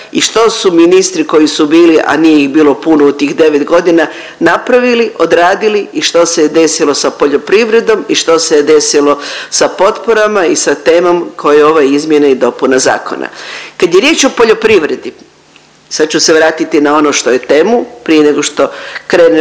i što su ministri koji su bili, a nije ih bilo puno u tih 9 godina napravili, odradili i što se je desilo sa poljoprivredom i što se je desilo sa potporama i sa temom koja je ova izmjena i dopuna zakona. Kad je riječ o poljoprivredi, sad ću se vratiti na ono što je tema prije nego što krenem